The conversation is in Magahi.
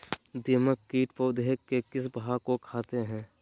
दीमक किट पौधे के किस भाग को खाते हैं?